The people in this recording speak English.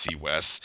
West